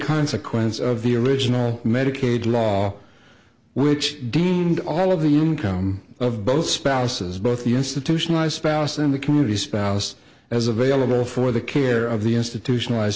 consequence of the original medicaid law which deemed all of the human come of both spouses both the institutionalized spouse and the community spouse as available for the care of the institutionalized